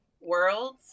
worlds